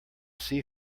see